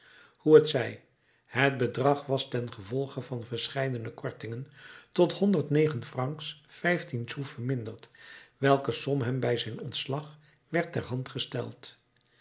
hoe het zij het bedrag was ten gevolge van verscheidene kortingen tot honderd negen francs vijftien sous verminderd welke som hem bij zijn ontslag werd ter hand gesteld